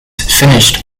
finished